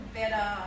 better